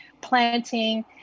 planting